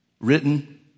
written